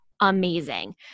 amazing